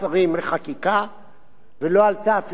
ולא עלתה אפילו לקריאה ראשונה בכנסת.